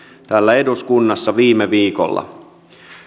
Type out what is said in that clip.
täällä eduskunnassa viime viikolla